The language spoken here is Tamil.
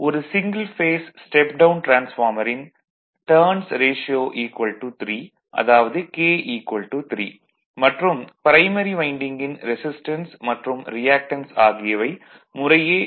ஒரு சிங்கிள் பேஸ் ஸ்டெப் டவுன் டிரான்ஸ்பார்மரின் டர்ன்ஸ் ரேஷியோ 3 அதாவது "k 3" மற்றும் ப்ரைமரி வைண்டிங்கின் ரெசிஸ்டன்ஸ் மற்றும் ரியாக்டன்ஸ் ஆகியவை முறையே 1